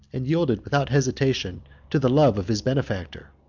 and yielded without hesitation to the love of his benefactor.